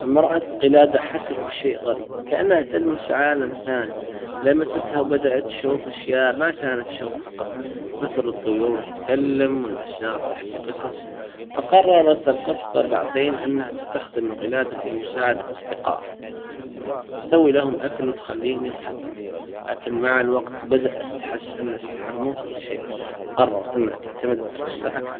لما رأت القلادة حست بشيء غريب كانها تلمس عالم ثاني لمستها وبدأت تشوف اشياء ما كانت تشوفها قبل مثل الطيور وتتكلم والأشجار تحكي قصص فقررت القطة بعدين انها تستخدم القلادة في مساعدة اصدقائها بتسوي لهم اكل وتخليهم يضحكون لكن مع الوقت بدأت تحس ان السحر مو كل شي قررت انها تعتمد على نفسها اكثر.